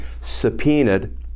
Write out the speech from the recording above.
subpoenaed